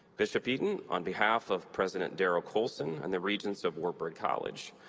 bishop eaton, on behalf of president darrel colson and the regents of wartburg college,